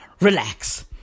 relax